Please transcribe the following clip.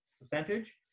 percentage